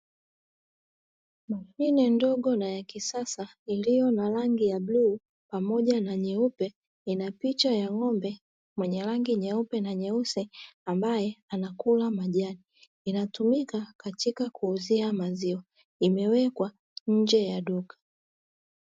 Friji ndogo na yakisasa iliyo na rangi ya buluu pamoja na nyeupe ina picha ya ng'ombe mwenye rangi nyeupe na nyeusi, ambaye anakula majani inatumika katika kuuzia maziwa imewekwa nje ya duka.